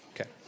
Okay